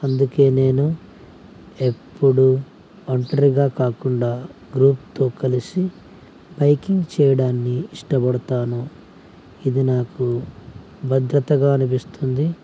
అందుకే నేను ఎప్పుడు ఒంటరిగా కాకుండా గ్రూప్తో కలిసి బైకింగ్ చేయడాన్ని ఇష్టపడతాను ఇది నాకు భద్రతగా అనిపిస్తుంది